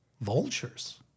vultures